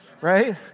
right